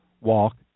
walk